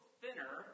thinner